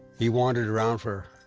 he wandered around for